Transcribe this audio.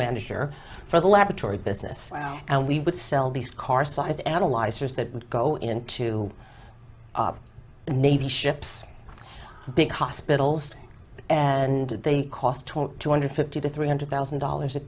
manager for the laboratory business and we would sell these car sized analyzers that would go into the navy ships big hospitals and they cost two hundred fifty to three hundred thousand dollars a